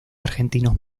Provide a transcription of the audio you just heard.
argentinos